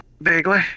Vaguely